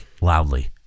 loudly